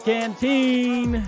Canteen